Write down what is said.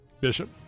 Bishop